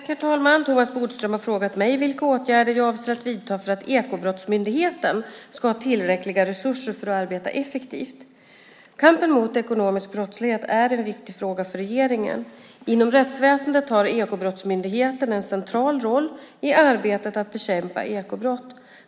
Herr talman! Thomas Bodström har frågat mig vilka åtgärder jag avser att vidta för att Ekobrottsmyndigheten ska ha tillräckliga resurser för att kunna arbeta effektivt. Kampen mot ekonomisk brottslighet är en viktig fråga för regeringen. Inom rättsväsendet har Ekobrottsmyndigheten en central roll i arbetet med att bekämpa ekobrott.